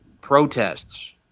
protests